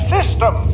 System